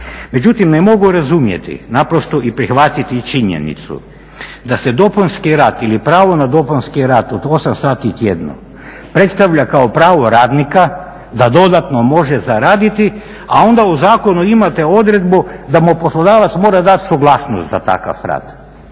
Međutim ne mogu razumjeti naprosto i prihvatiti činjenicu da se dopunski rad ili pravo na dopunski rad od 8 sati tjedno predstavlja kao pravo radnika da dodatno može zaraditi, a onda u zakonu imate odredbu da mu poslodavac mora dat suglasnost za takav rad.